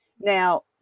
Now